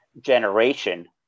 generation